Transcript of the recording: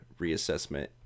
reassessment